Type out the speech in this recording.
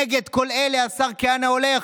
נגד כל אלה השר כהנא הולך.